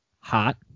hot